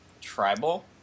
tribal